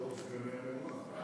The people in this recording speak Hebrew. בתור סגני הנאמן.